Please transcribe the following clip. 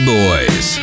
boys